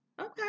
Okay